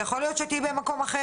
יכול להיות שתהיי במקום אחר.